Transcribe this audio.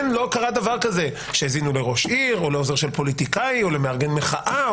לא קרה דבר כזה שהאזינו לראש עיר או לעוזר של פוליטיקאי או למארגן מחאה,